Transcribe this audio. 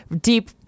deep